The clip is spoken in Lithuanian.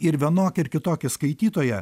ir vienokį ir kitokį skaitytoją